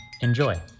Enjoy